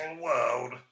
world